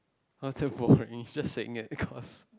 basketball you're just saying it because